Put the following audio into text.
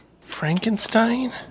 Frankenstein